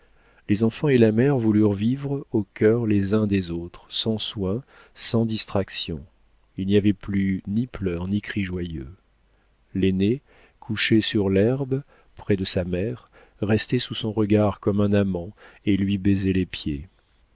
les enfants et la mère voulurent vivre au cœur les uns des autres sans soins sans distractions il n'y avait plus ni pleurs ni cris joyeux l'aîné couché sur l'herbe près de sa mère restait sous son regard comme un amant et lui baisait les pieds